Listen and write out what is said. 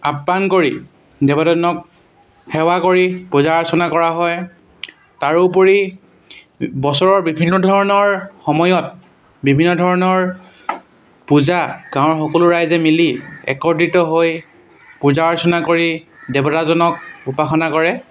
আহ্বান কৰি দেৱতাজনক সেৱা কৰি পূজা অৰ্চনা কৰা হয় তাৰোপৰি বছৰৰ বিভিন্ন ধৰণৰ সময়ত বিভিন্ন ধৰণৰ পূজা গাঁৱৰ সকলো ৰাইজে মিলি একত্ৰিত হৈ পূজা অৰ্চনা কৰি দেৱতাজনক উপাসনা কৰে